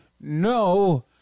no